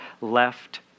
left